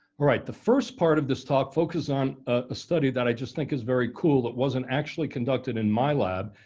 right. the first part of this talk, focus on a study that i just think is very cool. that wasn't actually conducted in my lab.